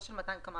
לא של 200 קמ"ש,